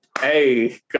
Hey